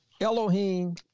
Elohim